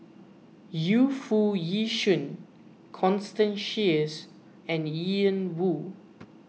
Yu Foo Yee Shoon Constance Sheares and Ian Woo